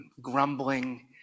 grumbling